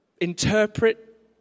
interpret